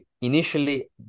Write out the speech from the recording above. initially